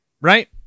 right